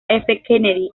kennedy